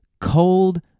cold